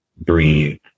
breathe